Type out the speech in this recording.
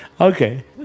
Okay